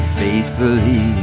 faithfully